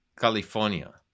California